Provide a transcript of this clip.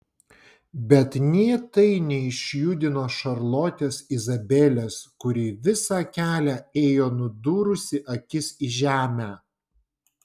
bet nė tai neišjudino šarlotės izabelės kuri visą kelią ėjo nudūrusi akis į žemę